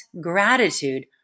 gratitude